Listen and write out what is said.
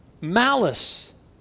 malice